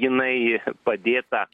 jinai padėta